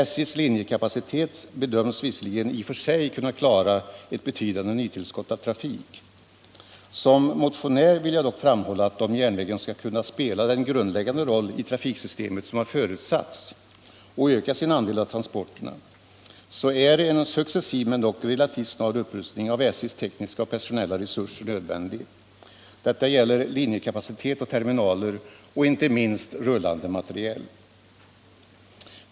SJ:s linjekapacitet bedöms visserligen i och för sig kunna klara ett betydande nytillskott av trafik. Som motionär vill jag dock framhålla att om järnvägen skall kunna spela den grundläggande roll i trafiksystemet som har förutsatts och öka sin andel av transporterna, är en successiv men dock relativt snar upprustning av SJ:s tekniska och personella resurser nödvändig. Detta gäller linjekapacitet och terminaler och inte minst rullande materiel.